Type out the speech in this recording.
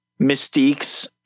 Mystique's